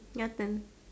your turn